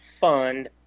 fund